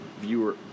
viewer